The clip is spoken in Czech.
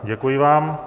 Děkuji vám.